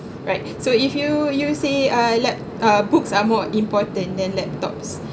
right so if you you say uh lap~ uh books are more important than laptops